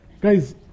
guys